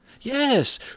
Yes